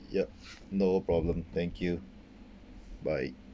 yup no problem thank you bye